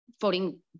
voting